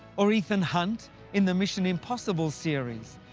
or ethan hunt in the mission impossible series.